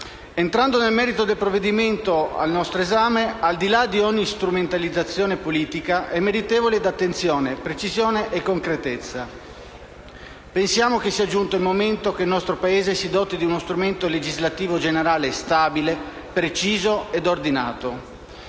Entrando nel merito del provvedimento al nostro esame, al di là di ogni strumentalizzazione politica, esso è meritevole d'attenzione, precisione e concretezza. Pensiamo che sia giunto il momento che il nostro Paese si doti di uno strumento legislativo generale stabile, preciso ed ordinato.